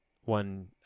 one